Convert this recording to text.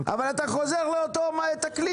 אבל אתה חוזר על אותו תקליט.